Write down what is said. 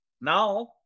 Now